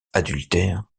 adultère